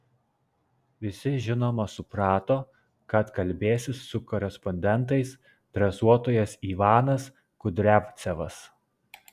visi žinoma suprato kad kalbėsis su korespondentais dresuotojas ivanas kudriavcevas